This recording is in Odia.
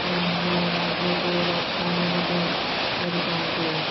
ଅନ୍ୟ ରାଜ୍ୟକୁ ରପ୍ତାନି ମଧ୍ୟ କରିଥା'ନ୍ତି